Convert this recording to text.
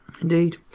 Indeed